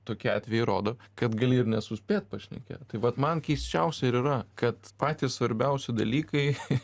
tokie atvejai rodo kad gali ir nesuspėt pašnekėt tai vat man keisčiausia ir yra kad patys svarbiausi dalykai